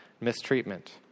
mistreatment